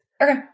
Okay